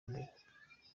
mbere